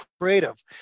creative